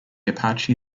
apache